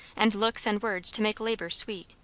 and looks and words to make labour sweet,